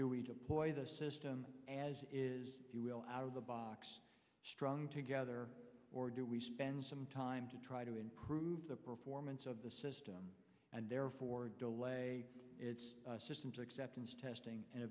do we deploy the system as is out of the box strung together or do we spend some time to try to improve the performance of the system and therefore delay its systems acceptance testing and